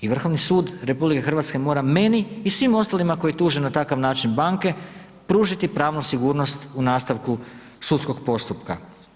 I Vrhovni sud RH mora meni i svim ostalima koji tuže na takav način banke, pružiti pravnu sigurnost u nastavku sudskog postupka.